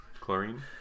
Chlorine